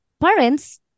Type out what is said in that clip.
parents